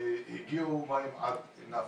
הגיעו מים עד נפש.